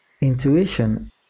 Intuition